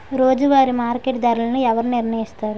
రోజువారి మార్కెట్ ధరలను ఎవరు నిర్ణయిస్తారు?